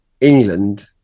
England